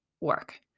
work